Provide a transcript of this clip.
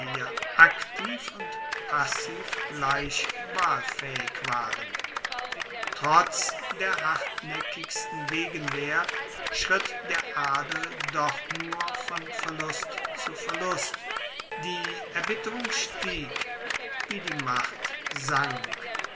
aktiv und passiv gleich wahlfaehig waren trotz der hartnaeckigsten gegenwehr schritt der adel doch nur von verlust zu verlust die erbitterung stieg wie die macht sank